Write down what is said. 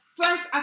first